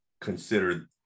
consider